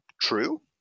true